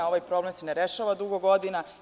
Ovaj problem se ne rešava dugo godina.